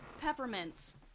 peppermint